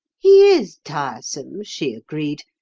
he is tiresome she agreed,